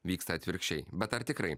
vyksta atvirkščiai bet ar tikrai